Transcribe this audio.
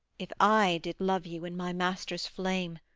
if i did love you in my master's flame,